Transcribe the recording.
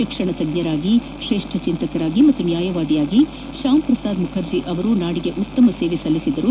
ಶಿಕ್ಷಣ ತಜ್ಞರಾಗಿ ಚಿಂತಕರಾಗಿ ಮತ್ತು ನ್ಯಾಯವಾದಿಯಾಗಿ ಶ್ಯಾಮ್ ಪ್ರಸಾದ್ ಮುಖರ್ಜಿ ಅವರು ನಾಡಿಗೆ ಉತ್ತಮ ಸೇವೆ ಸಲ್ಲಿಸಿದ್ದರು